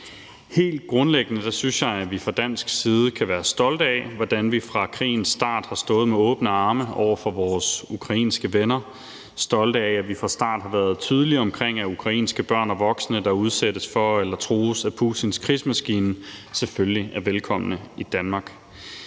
Helt grundlæggende synes jeg, at vi fra dansk side kan være stolte af, hvordan vi fra krigens start har stået med åbne arme over for vores ukrainske venner, stolte af, at vi fra start har været tydelige omkring, at ukrainske børn og voksne, der udsættes for eller trues af Putins krigsmaskine, selvfølgelig er velkomne i Danmark.